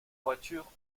voiture